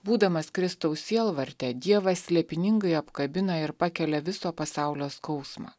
būdamas kristaus sielvarte dievas slėpiningai apkabina ir pakelia viso pasaulio skausmą